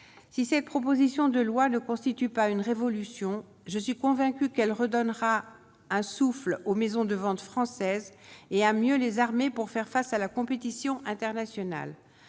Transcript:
si cette proposition de loi ne constitue pas une révolution, je suis convaincu qu'elle redonnera un souffle aux maisons de ventes française et à mieux les armées pour faire face à la compétition internationale,